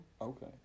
okay